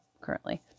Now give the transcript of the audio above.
currently